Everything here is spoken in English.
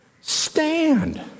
stand